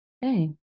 hey